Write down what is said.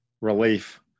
relief